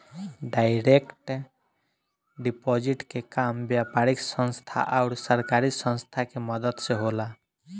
direct deposit के काम व्यापारिक संस्था आउर सरकारी संस्था के मदद से होला